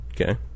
Okay